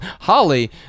Holly